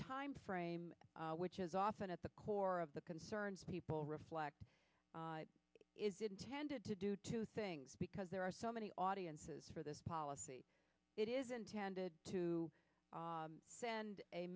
time frame which is often at the core of the concerns people reflect is intended to do two things because there are so many audiences for this policy it is intended to send a